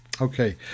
Okay